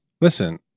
Listen